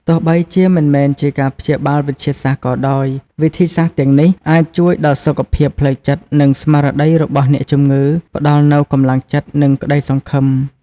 ទោះបីជាមិនមែនជាការព្យាបាលវិទ្យាសាស្ត្រក៏ដោយ វិធីសាស្រ្តទាំងនេះអាចជួយដល់សុខភាពផ្លូវចិត្ត និងស្មារតីរបស់អ្នកជំងឺ ផ្ដល់នូវកម្លាំងចិត្ត និងក្តីសង្ឃឹម។